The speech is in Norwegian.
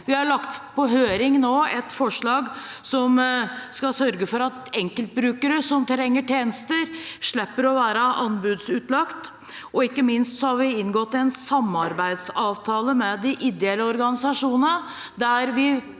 Vi har nå lagt ut til høring et forslag som skal sørge for at enkeltbrukere som trenger tjenester, slipper å være anbudsutlagt, og ikke minst har vi inngått en samarbeidsavtale med de ideelle organisasjonene der vi